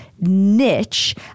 niche